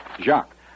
Jacques